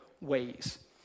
ways